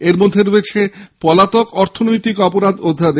এরমধ্যে রয়েছে পলাতক অর্থনৈতিক অপরাধ অধ্যাদেশ